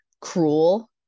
cruel